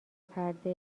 پرده